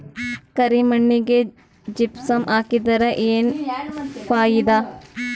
ಕರಿ ಮಣ್ಣಿಗೆ ಜಿಪ್ಸಮ್ ಹಾಕಿದರೆ ಏನ್ ಫಾಯಿದಾ?